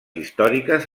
històriques